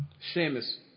Sheamus